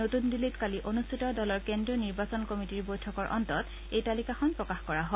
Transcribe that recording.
নতুন দিল্লীত কালি অনুষ্ঠিত দলৰ কেন্দ্ৰীয় নিৰ্বাচন কমিটীৰ বৈঠকৰ অন্তত এই তালিকাখন প্ৰকাশ কৰা হয়